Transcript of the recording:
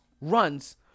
runs